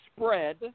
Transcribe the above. spread